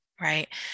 right